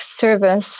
service